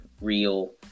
real